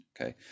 okay